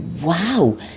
wow